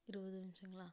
இருபது நிமிஷங்களா